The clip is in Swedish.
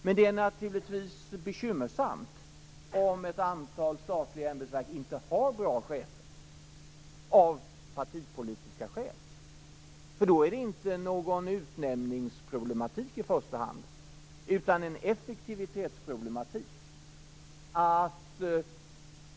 Men det är naturligtvis bekymmersamt om ett antal statliga ämbetsverk av partipolitiska skäl inte har bra chefer. Då är det inte i första hand fråga om en utnämningsproblematik, utan då är det fråga om en effektivitetsproblematik.